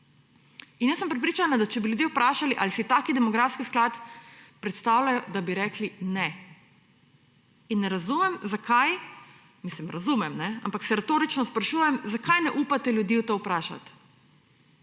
in jaz sem prepričana, če bi ljudi vprašali, ali se taki demografski sklad predstavljajo, da bi rekli ne in ne razumem, zakaj, mislim, razumem kajne, ampak se retorično sprašujem, zakaj ne upate ljudi to vprašat.